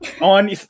On